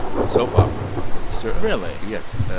a soap opera so really? yes.